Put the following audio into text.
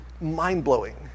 mind-blowing